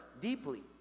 deeply